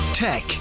Tech